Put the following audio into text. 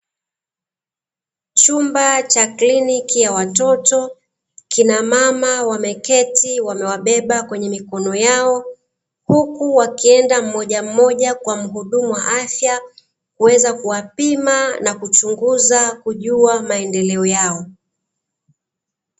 Chumba cha kliniki ya watoto, kinamama wameketi wamewababea kwenye mikono yao huku wakienda mmojammoja kwa mhudumu wa afya kuweza kuwapima na kuchunguza kujua maendeleo yao.